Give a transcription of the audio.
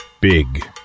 Big